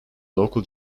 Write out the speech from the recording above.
local